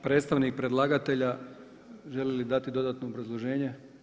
Predstavnik predlagatelja želi li dati dodatno obrazloženje?